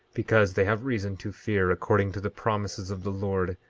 because they have reason to fear, according to the promises of the lord,